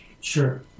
sure